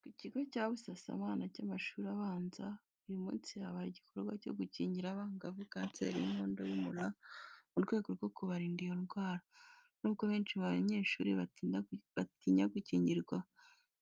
Ku kigo cya Busasamana cy’amashuri abanza, uyu munsi habaye igikorwa cyo gukingira abangavu kanseri y’inkondo y’umura mu rwego rwo kubarinda iyo ndwara. N'ubwo benshi mu banyeshuri batinya gukingirwa